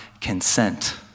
consent